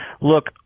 look